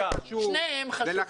שניהם חשובים.